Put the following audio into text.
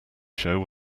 show